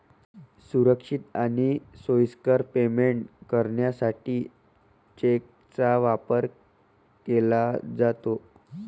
सुरक्षित आणि सोयीस्कर पेमेंट करण्यासाठी चेकचा वापर केला जातो